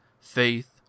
faith